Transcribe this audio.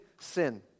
sin